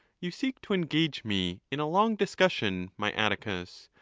you seek to engage me in a long discussion, my atticus.